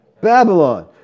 Babylon